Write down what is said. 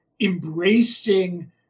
embracing